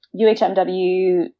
UHMW